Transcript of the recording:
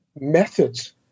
methods